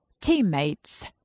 Teammates